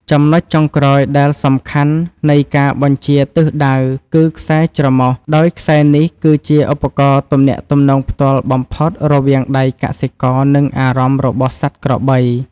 ចំណុចចុងក្រោយដែលសំខាន់នៃការបញ្ជាទិសដៅ គឺខ្សែច្រមុះ ដោយខ្សែនេះគឺជាឧបករណ៍ទំនាក់ទំនងផ្ទាល់បំផុតរវាងដៃកសិករ និងអារម្មណ៍របស់សត្វក្របី។